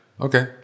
Okay